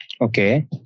Okay